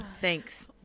Thanks